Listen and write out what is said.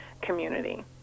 community